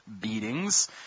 beatings